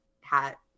hat